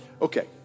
Okay